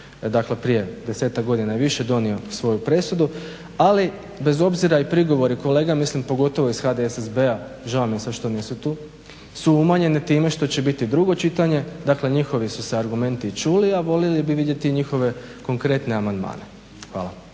već prije desetak godina i više donio svoju presudu ali bez obzira i prigovora kolega pogotovo iz HDSSB-a, žao mi je što nisu tu, su umanjeni time što će biti drugo čitanje dakle njihovi su se argumenti čuli a voljeli bi vidjeti njihove konkretne amandmane. Hvala.